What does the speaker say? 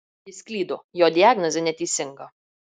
jis klydo jo diagnozė neteisinga